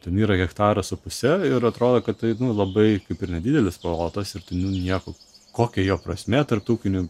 ten yra hektaras su puse ir atrodo kad tai labai kaip ir nedidelis plotas ir tu nu nieko kokia jo prasmė tar ūkinių